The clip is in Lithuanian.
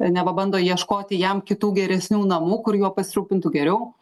neva bando ieškoti jam kitų geresnių namų kur juo pasirūpintų geriau